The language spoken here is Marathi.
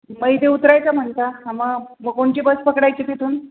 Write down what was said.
मग इथे उतरायचं म्हणता मग मग कोणची बस पकडायची तिथून